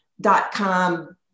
dot-com